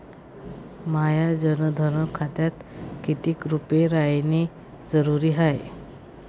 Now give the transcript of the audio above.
माह्या जनधन खात्यात कितीक रूपे रायने जरुरी हाय?